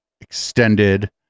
extended